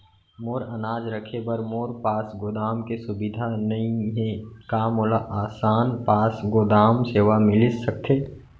मोर अनाज रखे बर मोर पास गोदाम के सुविधा नई हे का मोला आसान पास गोदाम सेवा मिलिस सकथे?